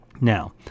Now